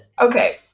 okay